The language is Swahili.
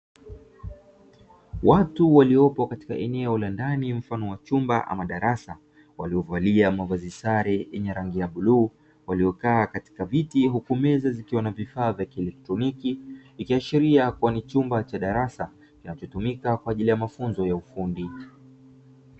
Watu waliopo katika eneo la ndani mfano wa chumba ama darasa, waliovalia mavazi sare yenye rangi ya bluu, waliokaa katika viti huku meza zikiwa na vifaa vya kielektroniki ikiashiria kuwa ni chumba cha darasa kinachotumika kwa ajili ya mafunzo ya ufundi.